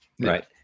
Right